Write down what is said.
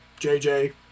JJ